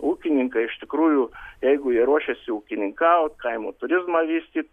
ūkininkai iš tikrųjų jeigu jie ruošiasi ūkininkaut kaimo turizmą vystyt